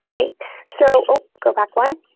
eight. so go back one.